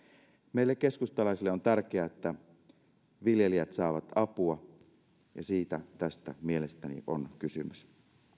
meille keskustalaisille on tärkeää että viljelijät saavat apua ja siitä tässä mielestäni on kysymys